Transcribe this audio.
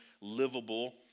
livable